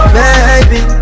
baby